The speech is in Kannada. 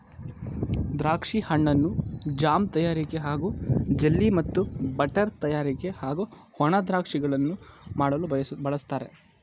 ದ್ರಾಕ್ಷಿ ಹಣ್ಣನ್ನು ಜಾಮ್ ತಯಾರಿಕೆ ಹಾಗೂ ಜೆಲ್ಲಿ ಮತ್ತು ಬಟರ್ ತಯಾರಿಕೆ ಹಾಗೂ ಒಣ ದ್ರಾಕ್ಷಿಗಳನ್ನು ಮಾಡಲು ಬಳಸ್ತಾರೆ